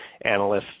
analysts